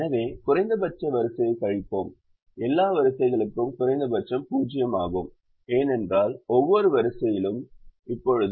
எனவே குறைந்தபட்ச வரிசையை கழிப்போம் எல்லா வரிசைகளுக்கும் குறைந்தபட்சம் 0 ஆகும் ஏனென்றால் ஒவ்வொரு வரிசையிலும் இப்போது 0 உள்ளது